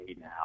now